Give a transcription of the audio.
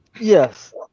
Yes